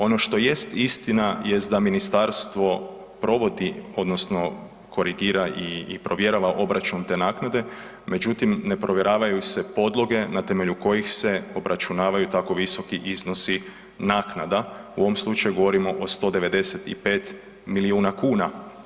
Ono što jest istina je da ministarstvo provodi odnosno korigira i provjerava obračun te naknade, međutim ne provjeravaju se podloge na temelju kojih se obračunavaju tako visoki iznosi naknada, u ovom slučaju govorimo o 195 milijuna kuna.